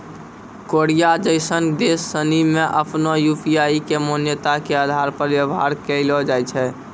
Korea जैसन देश सनि मे आपनो यू.पी.आई के मान्यता के आधार पर व्यवहार कैलो जाय छै